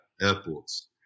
airports